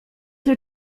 her